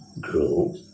grow